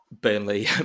Burnley